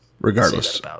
Regardless